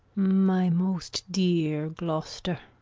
my most dear gloucester!